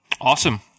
awesome